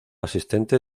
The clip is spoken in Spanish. asistente